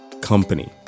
company